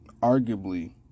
arguably